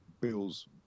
bills